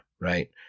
right